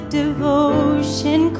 devotion